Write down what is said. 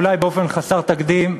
אולי באופן חסר תקדים,